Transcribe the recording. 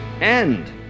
end